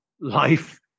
life